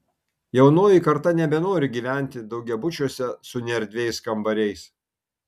jaunoji karta nebenori gyventi daugiabučiuose su neerdviais kambariais